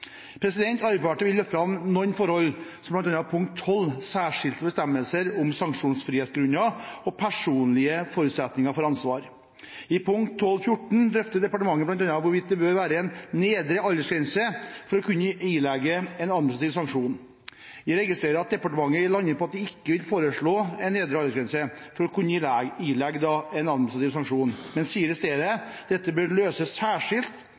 Arbeiderpartiet vil løfte fram noen forhold, som bl.a. punkt 12, Særskilte bestemmelser om sanksjonsfrihetsgrunner og personlige forutsetninger for ansvar. I punkt 12.4 drøfter departementet bl.a. hvorvidt det bør være en nedre aldersgrense for å kunne ilegge en administrativ sanksjon. Jeg registrerer at departementet lander på at de ikke vil foreslå en nedre aldersgrense for å kunne ilegge en administrativ sanksjon, men sier i stedet at dette bør løses særskilt